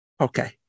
Okay